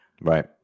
Right